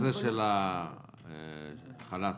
בעניין החל"ת,